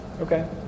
okay